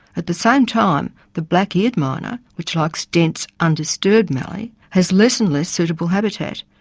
at the same time the black-eared miner, which likes dense undisturbed mallee, has less and less suitable habitat,